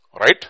right